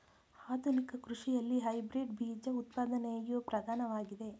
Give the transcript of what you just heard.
ಆಧುನಿಕ ಕೃಷಿಯಲ್ಲಿ ಹೈಬ್ರಿಡ್ ಬೀಜ ಉತ್ಪಾದನೆಯು ಪ್ರಧಾನವಾಗಿದೆ